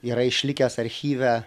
yra išlikęs archyve